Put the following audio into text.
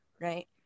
right